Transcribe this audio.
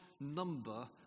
number